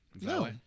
No